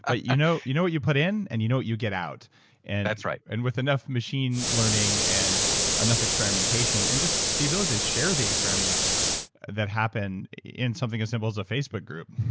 ah you know you know what you put in, and you know what you get out and that's right and with enough machine learning and enough experimentation, and just the ability to share the experiments that happen in something as simple the facebook group,